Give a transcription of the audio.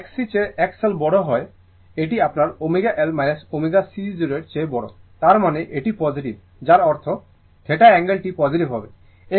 যদি Xc চেয়ে XL বড় মানে হয় এটি আপনার ω L ω c 0 এর চেয়ে বড় তার মানে এটি পজিটিভ যার অর্থ θ অ্যাঙ্গেল টি পজিটিভ হবে